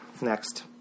Next